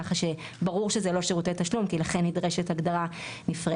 כך שברור שזה לא שירותי תשלום כי לכן נדרשת הגדרה נפרדת,